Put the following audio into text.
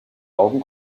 augen